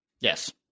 Yes